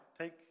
take